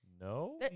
No